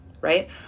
Right